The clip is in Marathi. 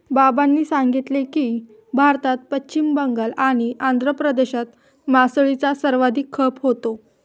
बाबांनी सांगितले की, भारतात पश्चिम बंगाल आणि आंध्र प्रदेशात मासळीचा सर्वाधिक खप होतो